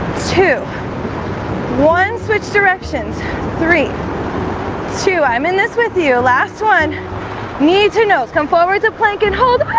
two one switch directions three two i'm in this with you last one knee to nose. come forwards a blanket hold